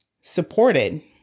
supported